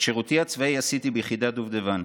את שירותי הצבאי עשיתי ביחידת דובדבן,